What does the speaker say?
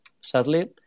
sadly